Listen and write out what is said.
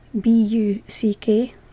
B-U-C-K